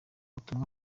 butumwa